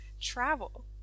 travel